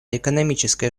экономической